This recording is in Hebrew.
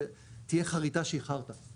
שתהיה חריטה שהיא חרטא,